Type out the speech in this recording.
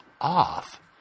off